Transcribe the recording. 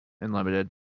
Unlimited